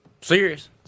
Serious